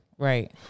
Right